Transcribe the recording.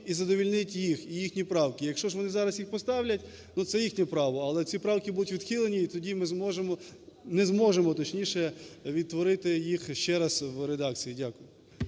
і задовольнить їх і їхні правки. Якщо ж вони зараз їх поставлять, ну, це їхнє право, але ці правки будуть відхилені і тоді ми зможемо… не зможемо, точніше, відтворити їх ще раз в редакції. Дякую.